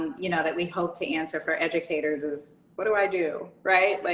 you know, that we hoped to answer for educators is what do i do right? like,